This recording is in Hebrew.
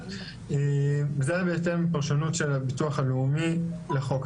וזה היה בהתאם לפרשנות של הביטוח הלאומי לחוק.